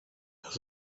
his